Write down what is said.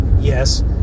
Yes